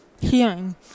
hearing